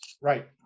right